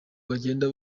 bagenda